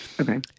Okay